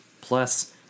plus